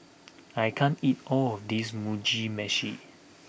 I can't eat all of this Mugi Meshi